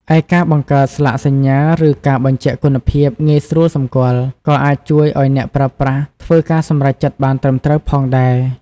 ឯការបង្កើតស្លាកសញ្ញា ឬការបញ្ជាក់គុណភាពងាយស្រួលសម្គាល់ ក៏អាចជួយឱ្យអ្នកប្រើប្រាស់ធ្វើការសម្រេចចិត្តបានត្រឹមត្រូវផងដែរ។